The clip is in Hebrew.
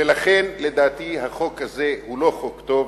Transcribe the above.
ולכן, לדעתי החוק הזה הוא לא חוק טוב,